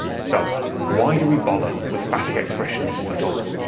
so why do we bother with phatic expressions at all?